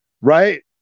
Right